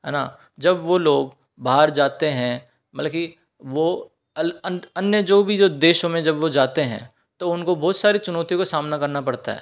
है न जब वो लोग बाहर जाते हैं मतलब की वो अन्य जो भी जो देशों में जब वो जाते हैं तो उनको बहुत सारी चुनौतियों का सामना करना पड़ता है